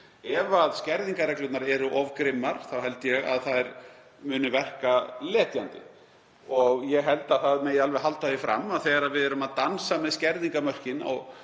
Ef skerðingarreglurnar eru of grimmar held ég að þær muni verka letjandi. Ég held að það megi alveg halda því fram að þegar við erum að dansa með skerðingarmörkin